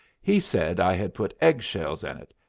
he said i had put egg-shells in it.